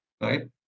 right